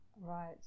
Right